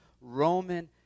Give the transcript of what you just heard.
Roman